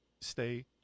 stay